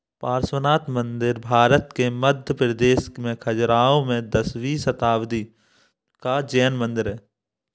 पार्श्वनाथ मंदिर भारत के मध्य प्रदेश में खजुराहो में दसवीं शताब्दी का जैन मंदिर है